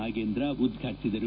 ನಾಗೇಂದ್ರ ಉದ್ಘಾಟಿಸಿದರು